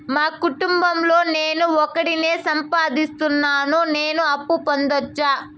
మా కుటుంబం లో నేను ఒకడినే సంపాదిస్తున్నా నేను అప్పు పొందొచ్చా